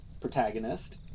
protagonist